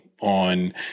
on